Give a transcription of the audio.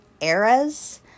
eras